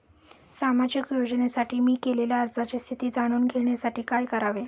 सामाजिक योजनेसाठी मी केलेल्या अर्जाची स्थिती जाणून घेण्यासाठी काय करावे?